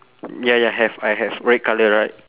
ya ya have I have red colour right